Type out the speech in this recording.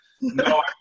no